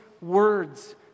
words